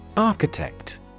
Architect